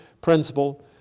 principle